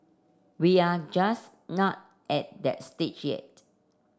we are just not at that stage yet